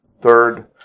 third